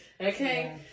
Okay